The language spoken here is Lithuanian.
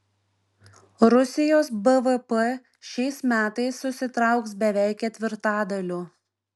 rusijos bvp šiais metais susitrauks beveik ketvirtadaliu